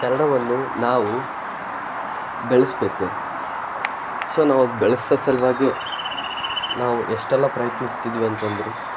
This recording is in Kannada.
ಕನ್ನಡವನ್ನು ನಾವು ಬೆಳೆಸಬೇಕು ಸೊ ನಾವದು ಬೆಳೆಸೋ ಸಲುವಾಗೆ ನಾವು ಎಷ್ಟೆಲ್ಲ ಪ್ರಯತ್ನಿಸ್ತಿದೀವಿ ಅಂತಂದರೆ